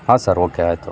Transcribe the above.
ಹಾಂ sir okay ಆಯಿತು